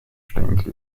stängel